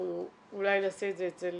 אולי נעשה את זה אצל